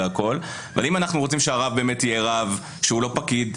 אבל אם אנחנו רוצים שהרב יהיה באמת רב שהוא לא פקיד,